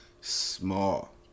small